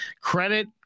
credit